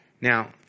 Now